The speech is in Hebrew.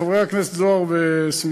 חברי הכנסת זוהר וסמוטריץ,